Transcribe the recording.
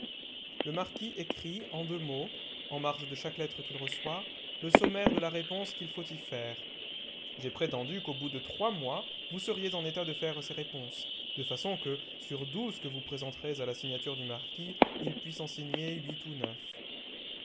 le marquis écrit en deux mots en marge de chaque lettre qu'il reçoit le sommaire de la réponse qu'il faut y faire j'ai prétendu qu'au bout de trois mois vous seriez en état de faire ces réponses de façon que sur douze que vous présenterez à la signature du marquis il puisse en signer huit ou neuf